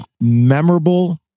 memorable